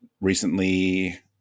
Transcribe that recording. recently